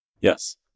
Yes